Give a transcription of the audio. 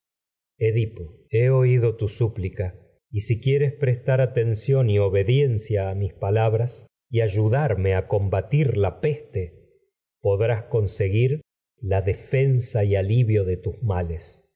edipo he oído tu ción siiplica y si quieres prestar aten y y obediencia a mis palabras ayudarme a comba tir la peste podrás conseguir la defensa y alivio de tus